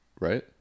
Right